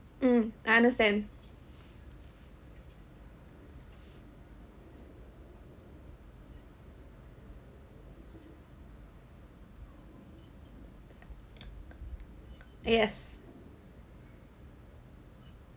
mm I understand uh yes